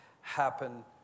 happen